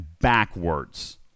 backwards